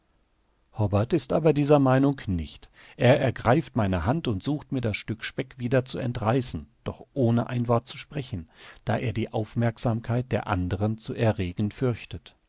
hobbart ist aber dieser meinung nicht er ergreift meine hand und sucht mir das stück speck wieder zu entreißen doch ohne ein wort zu sprechen da er die aufmerksamkeit der anderen zu erregen fürchtet